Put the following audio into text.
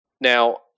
Now